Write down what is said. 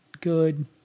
good